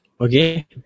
Okay